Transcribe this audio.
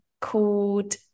called